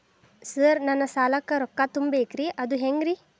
Sir ನನ್ನ ಸಾಲಕ್ಕ ರೊಕ್ಕ ತುಂಬೇಕ್ರಿ ಅದು ಹೆಂಗ್ರಿ?